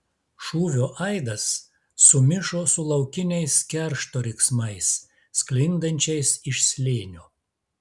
šūvio aidas sumišo su laukiniais keršto riksmais sklindančiais iš slėnio